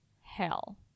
hell